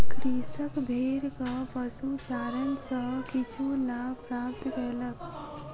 कृषक भेड़क पशुचारण सॅ किछु लाभ प्राप्त कयलक